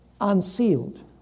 unsealed